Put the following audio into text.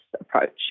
approach